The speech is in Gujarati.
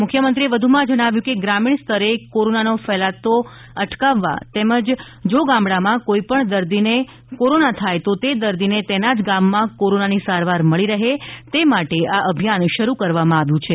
મુખ્યમંત્રીએ વધુમાં જણાવ્યું કે ગ્રામીણ સ્તરે કોરોનાનો ફેલાવો અટકાવવા તેમજ જો ગામડામાં કોઇપણને કોરોના થાથ તો તે દર્દીને તેના જ ગામમાં કોરોનાની સારવાર મળી રહે તે માટે આ અભિયાન શરૂ કરવામાં આવ્યું છે